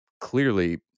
clearly